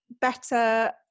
better